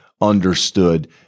understood